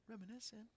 reminiscing